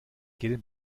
geht